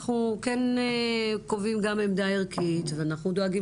אנחנו כן קובעים גם עמדה ערכית ואנחנו דואגים